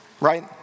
Right